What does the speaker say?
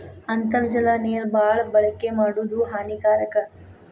ಅಂತರ್ಜಲ ನೇರ ಬಾಳ ಬಳಕೆ ಮಾಡುದು ಹಾನಿಕಾರಕ